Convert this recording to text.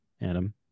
Adam